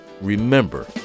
remember